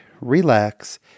relax